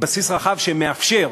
בסיס רחב שמאפשר,